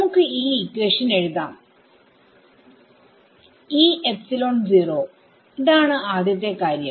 നമുക്ക് ഈ ഇക്വേഷൻ എഴുതാംe ഇതാണ് ആദ്യത്തെ കാര്യം